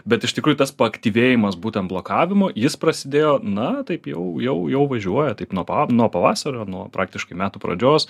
bet iš tikrųjų tas paaktyvėjimas būtent blokavimo jis prasidėjo na taip jau jau jau važiuoja taip nuo pa nuo pavasario nuo praktiškai metų pradžios